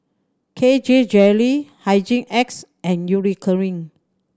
K J Jelly Hygin X and Eucerin